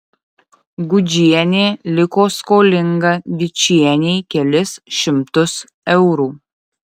gudžienė liko skolinga vičienei kelis šimtus eurų